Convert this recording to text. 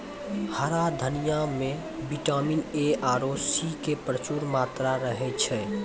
हरा धनिया मॅ विटामिन ए आरो सी के प्रचूर मात्रा रहै छै